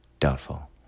Doubtful